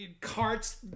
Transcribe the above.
carts